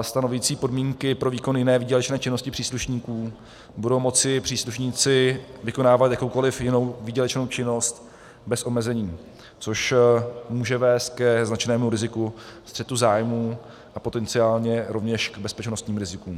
stanovující podmínky pro výkon jiné výdělečné činnosti příslušníků, budou moci příslušníci vykonávat jakoukoliv jinou výdělečnou činnost bez omezení, což může vést ke značnému riziku střetu zájmů a potenciálně rovněž k bezpečnostním rizikům.